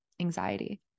anxiety